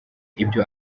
ibyo